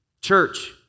church